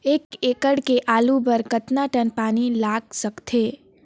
एक एकड़ के आलू बर कतका टन पानी लाग सकथे?